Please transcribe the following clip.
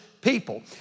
people